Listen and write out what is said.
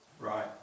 Right